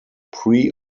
pre